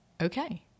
okay